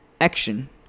action